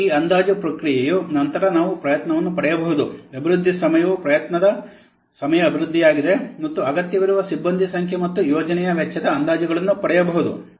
ಮತ್ತು ಈ ಅಂದಾಜು ಪ್ರಕ್ರಿಯೆಯ ನಂತರ ನಾವು ಪ್ರಯತ್ನವನ್ನು ಪಡೆಯಬಹುದು ಅಭಿವೃದ್ಧಿ ಸಮಯವು ಪ್ರಯತ್ನದ ಸಮಯ ಅಭಿವೃದ್ಧಿಯಾಗಿದೆ ಮತ್ತು ಅಗತ್ಯವಿರುವ ಸಿಬ್ಬಂದಿ ಸಂಖ್ಯೆ ಮತ್ತು ಯೋಜನೆಯ ವೆಚ್ಚದ ಅಂದಾಜುಗಳನ್ನು ಪಡೆಯಬಹುದು